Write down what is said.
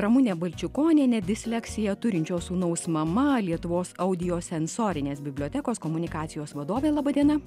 ramunė balčikonienė disleksiją turinčio sūnaus mama lietuvos audiosensorinės bibliotekos komunikacijos vadovė laba diena